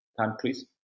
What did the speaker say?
countries